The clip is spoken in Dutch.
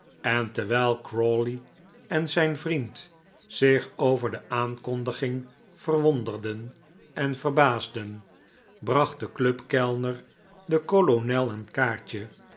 en terwijl crawley en zijn vriend zich over de aankondiging verwonderden en verbaasden bracht de clubkellner den kolonel een